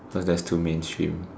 cause that's too mainstream